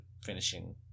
finishing